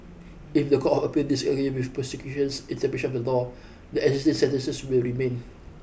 if the Court of Appeal disagree with prosecution's interpretation of the law the existing sentences will remain